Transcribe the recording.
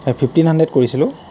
হয় fifteen hundred কৰিছিলোঁ